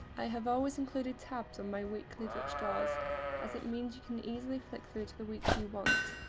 i have always included tabs on my weekly dutch doors as it means you can easily flick through to the week you want.